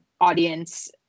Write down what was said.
audience